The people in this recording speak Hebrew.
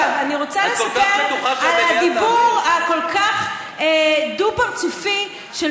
עכשיו אני רוצה לדבר על הדיבור הכל-כך דו-פרצופי של